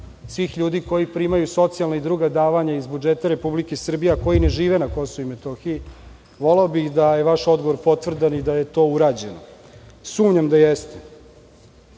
svih ljudi koji primaju socijalna i druga davanja iz budžeta Republike Srbije, a koji ne žive na Kosovu i Metohiji? Voleo bih da je vaš odgovor potvrdan i da je to urađeno. Sumnjam da jeste. Da